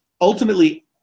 ultimately